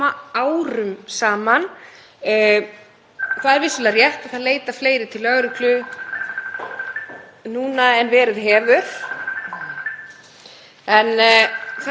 en það breytir ekki þeim stóra punkti að svona hefur staðan verið undanfarin ár. Og af því að hæstv. ráðherra nefndi að það ætti að skoða stöðuna heildstætt